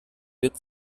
wird